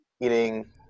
eating